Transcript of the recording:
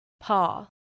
Paul